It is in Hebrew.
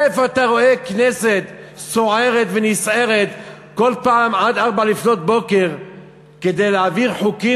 איפה אתה רואה כנסת סוערת ונסערת כל פעם עד 04:00 כדי להעביר חוקים